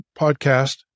podcast